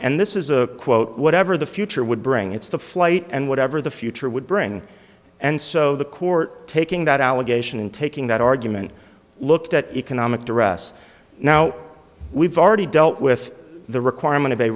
and this is a quote whatever the future would bring its the flight and whatever the future would bring and so the court taking that allegation and taking that argument looked at economic to rest now we've already dealt with the requirement of a